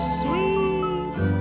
sweet